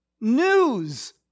news